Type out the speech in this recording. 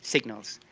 signals.